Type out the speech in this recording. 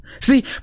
See